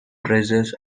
prices